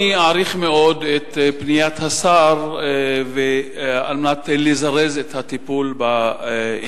אני אעריך מאוד את פניית השר על מנת לזרז את הטיפול בעניין הזה.